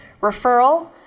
referral